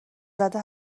زده